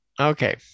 okay